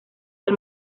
del